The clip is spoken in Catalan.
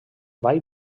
vall